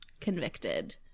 convicted